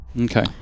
Okay